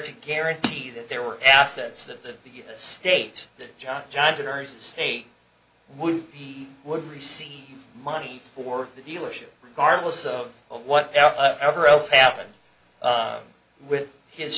to guarantee that there were assets that the state that john john kerry's state would he would receive money for the dealership regardless of what ever else happened with his